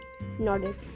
nodded